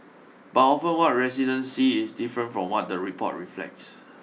but often what residents see is different from what the report reflects